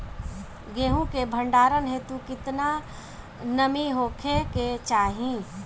गेहूं के भंडारन हेतू कितना नमी होखे के चाहि?